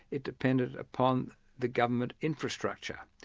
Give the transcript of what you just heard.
it depended upon the government infrastructure,